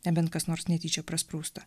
nebent kas nors netyčia prasprūsta